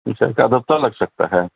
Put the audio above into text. تو ایک آدھ ہفتہ لگ سکتا ہے